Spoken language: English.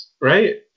right